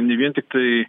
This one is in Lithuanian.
ne vien tiktai